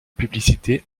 publicité